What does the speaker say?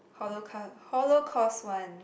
holoca~ holocaust one